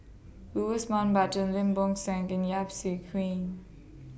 Louis Mountbatten Lim Bo Seng and Yap Su Queen